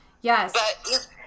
Yes